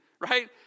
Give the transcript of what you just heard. right